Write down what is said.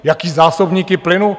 Jaké zásobníky plynu?